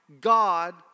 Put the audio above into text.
God